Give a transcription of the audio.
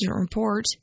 report